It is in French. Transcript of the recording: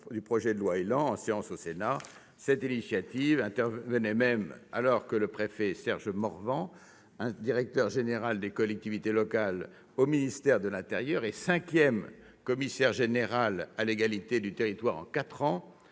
du projet de loi ÉLAN en séance au Sénat. Cette initiative intervenait alors même que le préfet Serge Morvan, ancien directeur général des collectivités locales au ministère de l'intérieur et cinquième commissaire général à l'égalité des territoires en quatre ans,